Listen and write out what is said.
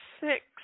six